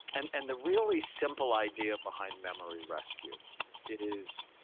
and and the really simple idea behind memory rescue is